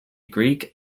greek